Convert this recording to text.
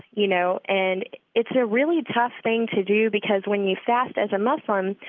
you know and it's a really tough thing to do because, when you fast as a muslim,